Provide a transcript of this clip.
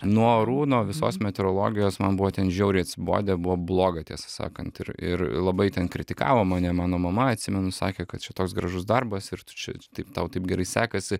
nuo arūno visos meteorologijos man buvo ten žiauriai atsibodę buvo bloga tiesą sakant ir ir labai ten kritikavo mane mano mama atsimenu sakė kad čia toks gražus darbas ir tu čia taip tau taip gerai sekasi